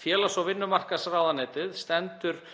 félags- og vinnumarkaðsráðuneyti stendur